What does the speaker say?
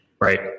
right